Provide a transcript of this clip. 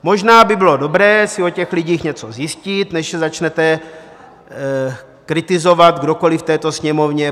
Možná by bylo dobré si o těch lidech něco zjistit, než je začnete kritizovat, kdokoli v této Sněmovně.